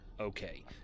okay